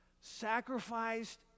sacrificed